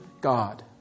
God